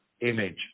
image